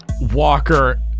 Walker